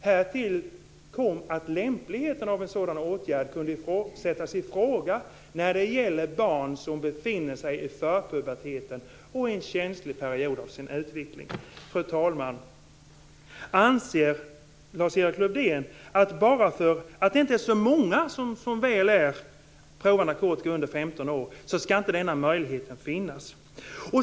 Härtill kom att lämpligheten av en sådan åtgärd kunde sättas i fråga när det gäller barn som befinner sig i förpuberteten och i en känslig period av sin utveckling." Fru talman! Anser Lars-Erik Lövdén att bara för att det som väl är inte är så många som provar narkotika när de är under 15 år skall inte denna möjlighet finnas?